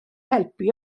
helpu